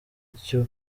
icyo